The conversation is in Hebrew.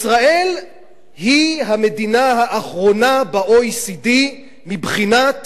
ישראל היא המדינה האחרונה ב-OECD מבחינת